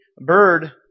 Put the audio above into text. bird